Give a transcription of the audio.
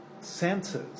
senses